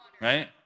Right